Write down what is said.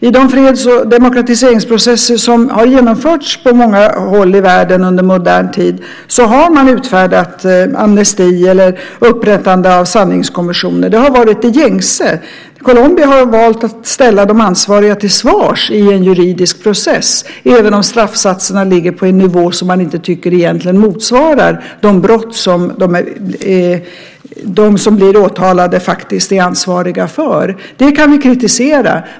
I de freds och demokratiseringsprocesser som har genomförts på många håll i världen under modern tid har man utfärdat amnesti eller upprättande av sanningskommissioner. Det har varit det gängse. Colombia har valt att ställa de ansvariga till svars i en juridisk process, även om straffsatserna ligger på en nivå som man egentligen inte tycker motsvarar de brott som de som blir åtalade är ansvariga för. Det kan vi kritisera.